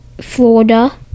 Florida